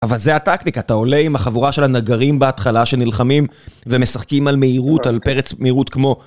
אבל זה הטקטיקה, אתה עולה עם החבורה של הנגרים בהתחלה שנלחמים ומשחקים על מהירות, על פרץ מהירות כמו.